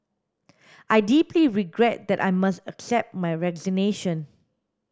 I deeply regret that I must accept your resignation